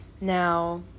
now